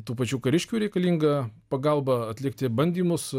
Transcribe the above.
tų pačių kariškių reikalinga pagalba atlikti bandymus